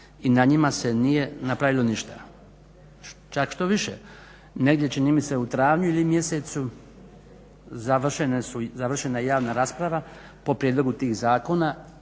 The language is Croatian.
i na njima se nje napravilo ništa. Čak štoviše, negdje čini mi se u travnju mjesecu završena je javna rasprava po prijedlogu tih zakona,